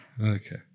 Okay